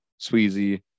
Sweezy